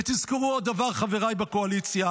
ותזכרו עוד דבר, חבריי בקואליציה: